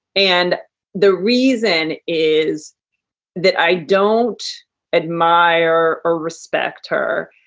and the reason is that i don't admire or respect her.